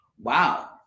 wow